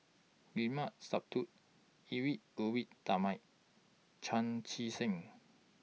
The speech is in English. Limat Sabtu Edwy Lyonet Talma Chan Chee Seng